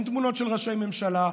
אין תמונות של ראשי ממשלה,